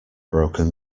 broken